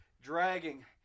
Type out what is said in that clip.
dragging